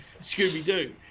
Scooby-Doo